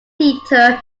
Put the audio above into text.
theatre